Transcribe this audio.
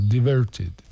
Diverted